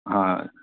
ਹਾਂ